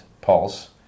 Pulse